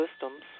systems